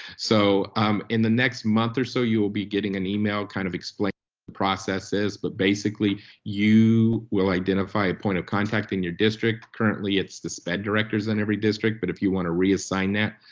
so um in the next month or so, you will be getting an email kind of explaining the processes, but basically you will identify a point of contacting your district. currently, it's the sped directors in every district, but if you wanna reassign that,